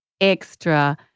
extra